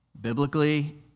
Biblically